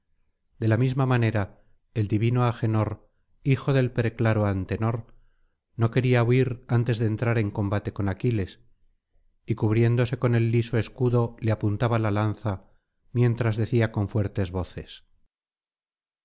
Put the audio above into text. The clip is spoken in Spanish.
de la misma suerte el divino agenor hijo del preclaro antenor no quería huir antes de entrar en combate con aquiles y cubriéndose con el liso escudo le apuntaba la lanza mientras decía con fuertes voces